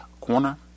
corner